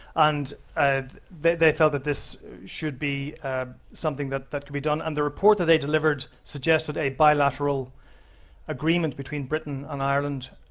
and ah they felt that this should be something that that can be done. and the report that they delivered suggested a bilateral agreement between britain and ireland